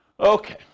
Okay